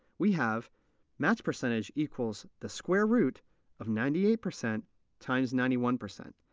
we have match percentage equals the square root of ninety eight percent times ninety one percent.